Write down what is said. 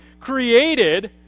created